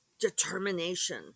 determination